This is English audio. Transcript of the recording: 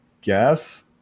guess